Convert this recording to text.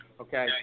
Okay